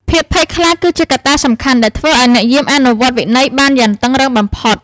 ភាពភ័យខ្លាចគឺជាកត្តាសំខាន់ដែលធ្វើឱ្យអ្នកយាមអនុវត្តវិន័យបានយ៉ាងតឹងរ៉ឹងបំផុត។